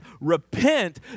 repent